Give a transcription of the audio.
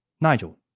Nigel